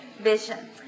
vision